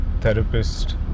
therapist